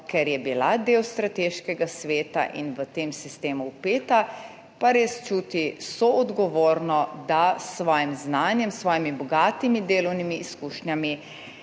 ker je bila del strateškega sveta in v tem sistemu vpeta, pa res čuti soodgovorno, da s svojim znanjem, s svojimi bogatimi delovnimi izkušnjami